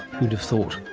who'd have thought!